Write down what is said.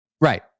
Right